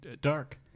dark